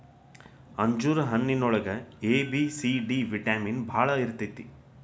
ಅಂಜೂರ ಹಣ್ಣಿನೊಳಗ A, B, C, D vitamin ಬಾಳ ಇರ್ತೈತಿ